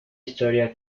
historia